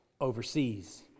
overseas